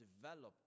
developed